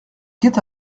guet